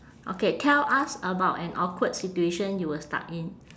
okay tell us about an awkward situation you were stuck in